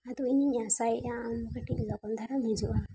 ᱟᱫᱚ ᱤᱧᱤᱧ ᱟᱥᱟᱭᱮᱜᱼᱟ ᱟᱢ ᱠᱟᱹᱴᱤᱡ ᱞᱚᱜᱚᱱ ᱫᱷᱟᱨᱟᱢ ᱦᱤᱡᱩᱜᱼᱟ